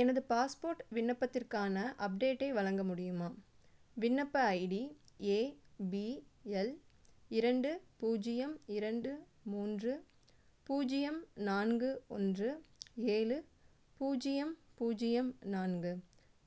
எனது பாஸ்போர்ட் விண்ணப்பத்திற்கான அப்டேட்டை வழங்க முடியுமா விண்ணப்ப ஐடி ஏ பி எல் இரண்டு பூஜ்ஜியம் இரண்டு மூன்று பூஜ்ஜியம் நான்கு ஒன்று ஏழு பூஜ்ஜியம் பூஜ்ஜியம் நான்கு